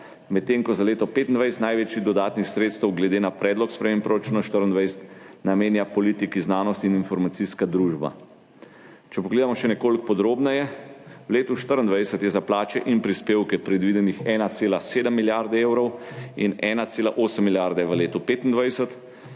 medtem ko se za leto 2025 največ dodatnih sredstev glede na predlog sprememb proračuna 2024 namenja politiki, znanosti in informacijski družbi. Če pogledamo še nekoliko podrobneje, v letu 2024 je za plače in prispevke predvidene 1,7 milijarde evrov in 1,8 milijarde v letu 2025,